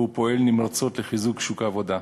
והוא פועל נמרצות לחיזוק שוק העבודה.